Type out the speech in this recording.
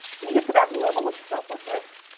when you get to that level of selflessness,